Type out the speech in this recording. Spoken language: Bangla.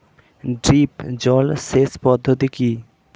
ড্রিপ জল সেচ পদ্ধতি কি?